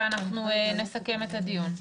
ואנחנו נסכם את הדיון.